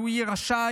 והוא יהיה רשאי